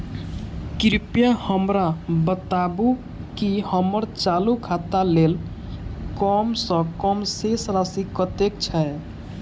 कृपया हमरा बताबू की हम्मर चालू खाता लेल कम सँ कम शेष राशि कतेक छै?